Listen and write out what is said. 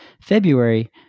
February